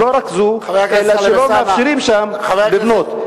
לא רק זו, אלא שלא מאפשרים שם לבנות.